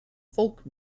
folk